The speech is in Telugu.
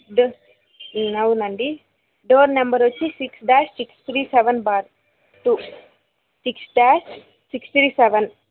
డో అవునండీ డోర్ నెంబర్ వచ్చి six dash six three seven bar two six dash six three seven